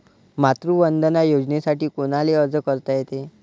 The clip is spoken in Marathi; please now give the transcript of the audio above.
मातृवंदना योजनेसाठी कोनाले अर्ज करता येते?